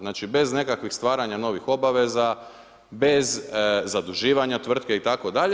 Znači, bez nekakvih stvaranja novih obaveza, bez zaduživanja tvrtke itd.